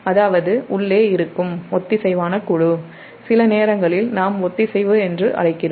அதாவது உள்ளே இருக்கும் ஒத்திசைவான குழு சில நேரங்களில் நாம் ஒத்திசைவு என்று அழைக்கிறோம்